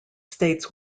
states